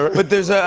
but there's